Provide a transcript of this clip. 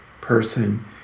person